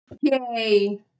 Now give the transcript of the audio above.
Yay